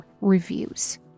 reviews